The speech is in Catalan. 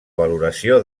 valoració